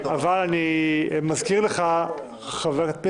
נגיף הקורונה החדש).